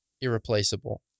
irreplaceable